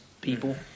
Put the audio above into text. people